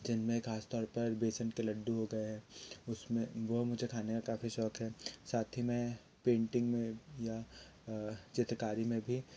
जिनमें खास तौर पर बेसन का लड्डू होता है उसमें वो मुझे खाने का काफ़ी शौक है साथ ही में पेंटिंग या चित्रकारी में भी